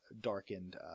darkened